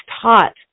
taught